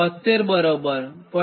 72 બરાબર 0